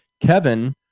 Kevin